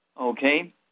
okay